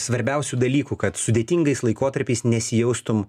svarbiausių dalykų kad sudėtingais laikotarpiais nesijaustum